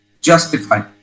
Justified